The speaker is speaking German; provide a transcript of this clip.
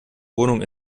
wohnung